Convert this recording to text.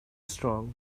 strong